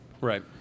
right